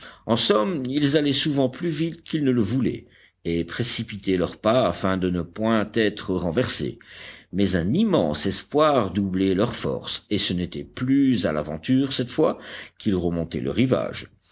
en somme ils allaient souvent plus vite qu'ils ne le voulaient et précipitaient leurs pas afin de ne point être renversés mais un immense espoir doublait leurs forces et ce n'était plus à l'aventure cette fois qu'ils remontaient le rivage